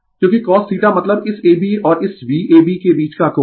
क्योंकि cosθ मतलब इस Iab और इस Vab के बीच का कोण